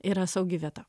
yra saugi vieta